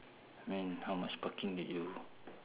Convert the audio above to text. I mean how much parking did you